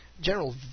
General